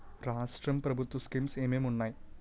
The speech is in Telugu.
రాష్ట్రం ప్రభుత్వ స్కీమ్స్ ఎం ఎం ఉన్నాయి?